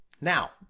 Now